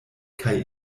kaj